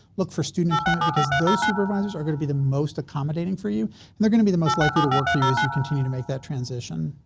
look for student employment because those supervisors are gonna be the most accommodating for you and they're gonna be the most likely to work for you as you continue to make that transition.